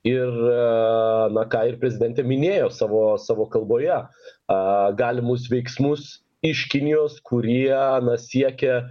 ir a na ką ir prezidentė minėjo savo savo kalboje a galimus veiksmus iš kinijos kurie na siekia